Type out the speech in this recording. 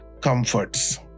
comforts